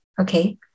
Okay